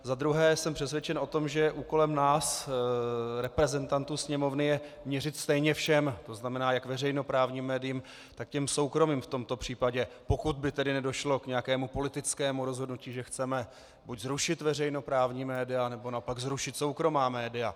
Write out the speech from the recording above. Za druhé jsem přesvědčen o tom, že úkolem nás, reprezentantů Sněmovny, je měřit stejně všem, to znamená jak veřejnoprávním médiím, tak těm soukromým v tomto případě, pokud by tedy nedošlo k nějakému politickému rozhodnutí, že chceme buď zrušit veřejnoprávní média, nebo naopak zrušit soukromá média.